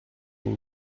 mais